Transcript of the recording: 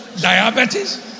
Diabetes